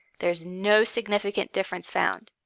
there is no significant difference found.